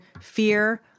fear